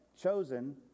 chosen